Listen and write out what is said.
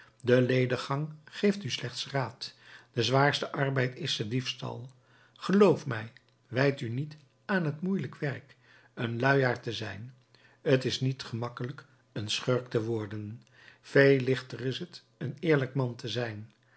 de lediggang geeft u slechten raad de zwaarste arbeid is de diefstal geloof mij wijd u niet aan het moeielijk werk een luiaard te zijn t is niet gemakkelijk een schurk te worden veel lichter is het een eerlijk man te zijn